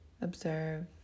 observe